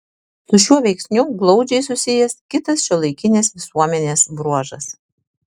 su šiuo veiksniu glaudžiai susijęs kitas šiuolaikinės visuomenės bruožas